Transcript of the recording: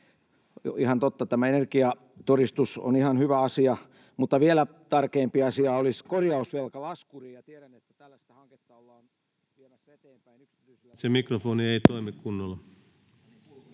Ihan totta, tämä energiatodistus on ihan hyvä asia, mutta vielä tärkeämpi asia olisi korjausvelkalaskuri.